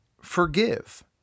forgive